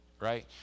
right